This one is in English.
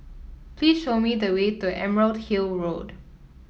please show me the way to Emerald Hill Road